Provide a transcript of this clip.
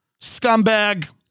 scumbag